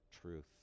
truth